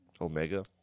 Omega